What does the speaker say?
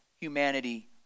humanity